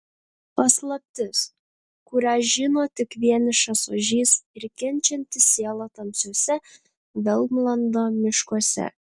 paslaptis kurią žino tik vienišas ožys ir kenčianti siela tamsiuose vermlando miškuose